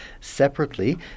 separately